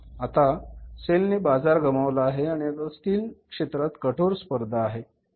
तर आता सेलने बाजार गमावला आहे आणि आता स्टील क्षेत्रात कठोर स्पर्धा आहे